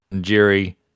Jerry